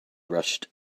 rushed